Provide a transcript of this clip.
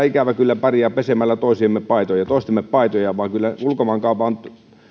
ikävä kyllä pärjää pesemällä toistemme paitoja vaan kyllä ulkomaankaupan